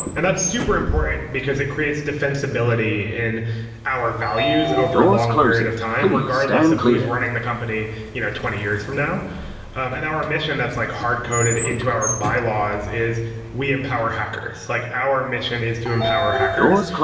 and that's super important, because it creates defensibility in our values over a long period of time, regardless of who's running the company you know twenty years from now and our mission, that's like hard-coded into our bylaws is we empower hackers. like our mission is to empower hackers.